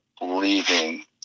leaving